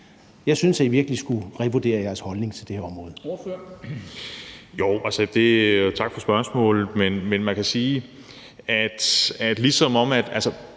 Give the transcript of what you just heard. Jeg synes virkelig, at I skulle revurdere jeres holdning på det område.